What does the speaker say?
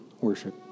worship